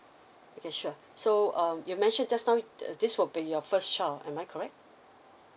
okay sure so um you mentioned just now err this will be your first child am I correct